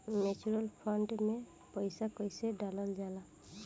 Mutual fund मे पईसा कइसे डालल जाला?